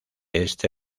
este